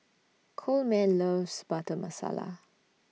Coleman loves Butter Masala